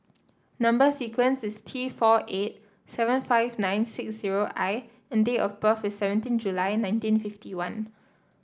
number sequence is T four eight seven five nine six zero I and date of birth is seventeen July nineteen fifty one